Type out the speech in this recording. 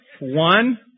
One